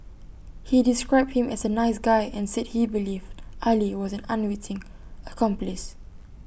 he described him as A nice guy and said he believed Ali was an unwitting accomplice